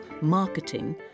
marketing